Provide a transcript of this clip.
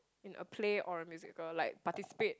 in a play or a musical like participate